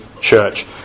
church